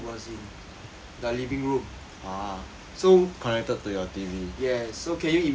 the living room yes so can you imagine